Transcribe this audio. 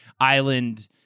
Island